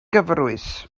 gyfrwys